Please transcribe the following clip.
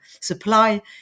supply